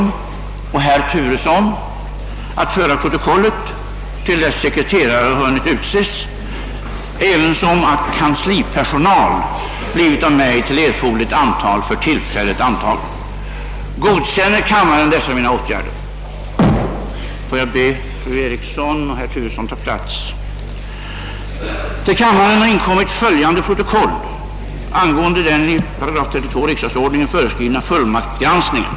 I den förhoppningen hälsar jag er än en gång välkomna till 1968 års riksdag. Till justitiedepartementet har inkommit fullmakter för 4 personer som vid nya röstsammanräkningar utsetts till ledamöter av riksdagens andra kammare i stället för avgångna ledamöter av kammaren. Protokoll över granskningen och förteckning över de granskade fullmakterna skall tillsammans med fullmakterna överlämnas till andra kammaren.